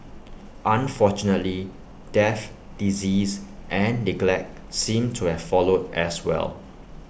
unfortunately death disease and neglect seemed to have followed as well